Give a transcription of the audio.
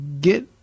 Get